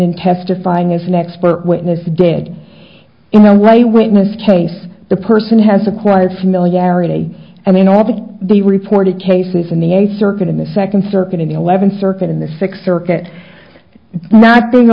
in testifying as an expert witness did in the way witness case the person has acquired familiarity i mean obviously the reported cases in the eighth circuit in the second circuit in the eleventh circuit in the sixth circuit not being